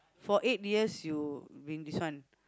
for eight years you been this one